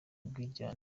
umwiryane